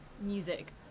Music